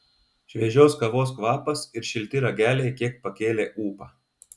šviežios kavos kvapas ir šilti rageliai kiek pakėlė ūpą